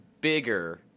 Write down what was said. bigger